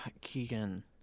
Keegan